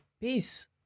peace